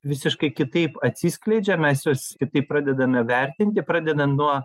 visiškai kitaip atsiskleidžia mes juos kitaip pradedame vertinti pradedant nuo